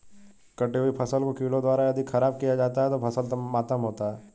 कटी हुयी फसल को कीड़ों द्वारा यदि ख़राब किया जाता है तो फसल मातम होता है